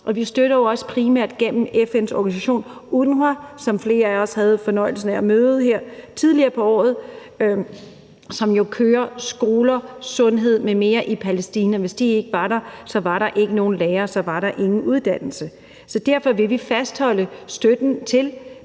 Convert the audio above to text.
Vi støtter jo også primært gennem FN's organisation UNRWA, som flere af os havde fornøjelsen af at møde her tidligere på året, og som jo kører skoler, sundhed m.m. i Palæstina; hvis de ikke var der, var der ikke nogen lærere, så var der ingen uddannelse. Så derfor vil vi fastholde støtten til